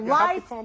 life